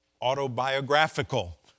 autobiographical